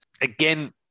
again